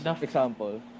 example